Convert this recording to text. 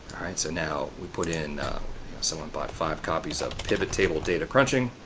alright, so now we put in someone bought five copies of pivot table data crunching